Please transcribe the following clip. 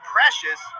Precious